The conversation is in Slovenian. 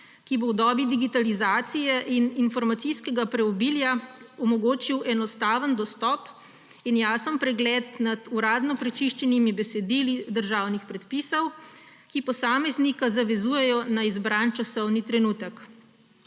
ki bo v dobi digitalizacije in informacijskega preobilja omogočil enostaven dostop in jasen pregled nad uradno prečiščenimi besedili državnih predpisov, ki posameznika zavezujejo na izbran časovni trenutek.